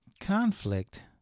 conflict